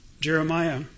Jeremiah